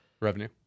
Revenue